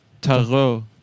Tarot